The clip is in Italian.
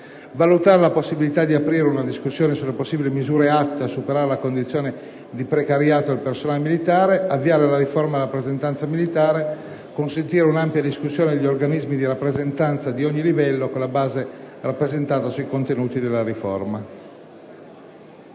valutare la possibilità di aprire una discussione sulle possibili misure atte a superare la condizione di precariato del personale di truppa; avviare la riforma della rappresentanza militare; consentire una ampia discussione degli organismi di rappresentanza di ogni livello con la base rappresentata sui contenuti della riforma.